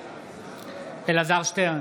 בעד אלעזר שטרן,